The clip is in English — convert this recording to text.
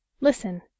Listen